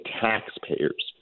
taxpayers